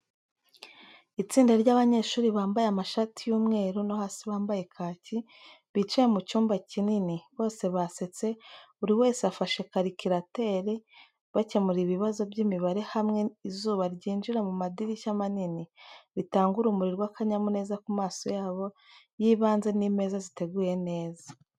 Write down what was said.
Itsinda ry’abanyeshuri bambaye amashati y'umweru no hasi bampaye kaki, bicaye mu cyumba kinini, bose basetse, buri wese afashe karikirateri, bakemura ibibazo by’imibare hamwe, izuba ryinjira mu madirishya manini, ritanga urumuri rw’akanyamuneza ku maso yabo y'ibanze n’imeza ziteguye neza.